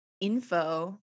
info